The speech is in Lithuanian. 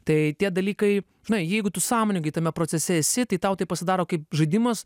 tai tie dalykai žinai jeigu tu sąmoningai tame procese esi tai tau tai pasidaro kaip žaidimas